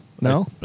No